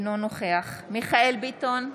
אינו נוכח מיכאל מרדכי ביטון,